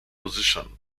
position